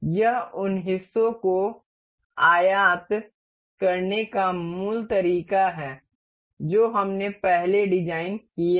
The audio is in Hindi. यह उन हिस्सों को आयात करने का मूल तरीका है जो हमने पहले डिज़ाइन किए हैं